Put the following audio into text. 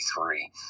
three